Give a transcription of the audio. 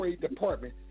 department